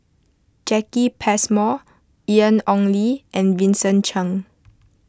Jacki Passmore Ian Ong Li and Vincent Cheng